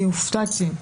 אני הופתעתי.